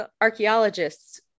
archaeologists